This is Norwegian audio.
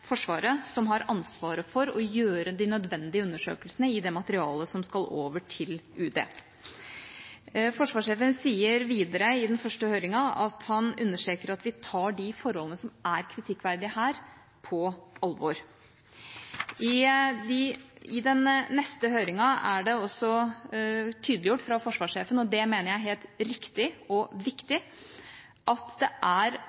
Forsvaret som har ansvaret for å gjøre de nødvendige undersøkelsene i det materialet som skal over til UD. Forsvarssjefen sier videre i den første høringen at han understreker at de tar de forholdene som er kritikkverdige her, på alvor. I den neste høringen er det også tydeliggjort fra forsvarssjefen – og det mener jeg er helt riktig og viktig – at det er